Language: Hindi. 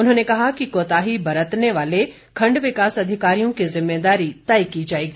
उन्होंने कहा कि कोताही बरतने वाले खण्ड विकास अधिकारियों की ज़िम्मेदारी तय की जाएगी